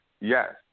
Yes